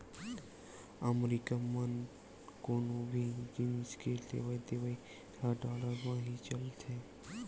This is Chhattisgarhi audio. अमरीका म कोनो भी जिनिस के लेवइ देवइ ह डॉलर म ही चलथे